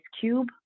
cube